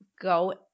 go